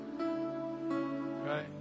Right